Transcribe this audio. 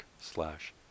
slash